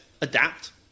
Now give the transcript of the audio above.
adapt